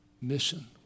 mission